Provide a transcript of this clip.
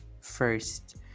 first